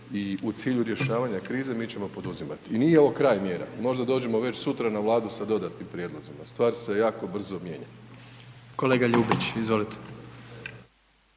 i u cilju rješavanja krize mi ćemo poduzimati. I nije ovo kraj mjera, možda dođemo već sutra na Vladu sa dodatnim prijedlozima. Stvari se jako brzo mijenjaju. **Jandroković, Gordan